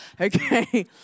Okay